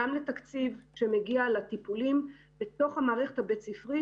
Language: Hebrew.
גם לתקציב שמגיע לטיפולים בתוך המערכת הבית-ספרית.